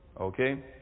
Okay